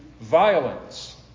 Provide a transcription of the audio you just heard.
violence